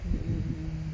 mm mm mm